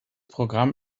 programm